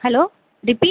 hello repeat